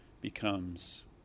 becomes